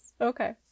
Okay